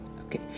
Okay